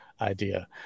idea